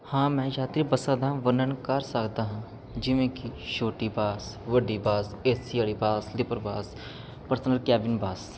ਹਾਂ ਮੈਂ ਯਾਤਰੀ ਬੱਸਾਂ ਦਾ ਵਰਣਨ ਕਰ ਸਕਦਾ ਹਾਂ ਜਿਵੇਂ ਕਿ ਛੋਟੀ ਬੱਸ ਵੱਡੀ ਬੱਸ ਏ ਸੀ ਵਾਲੀ bus sleeper bus personal cabin ਬੱਸ